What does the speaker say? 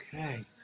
Okay